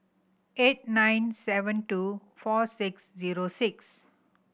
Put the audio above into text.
eight nine seven two four six zero six